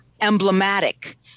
emblematic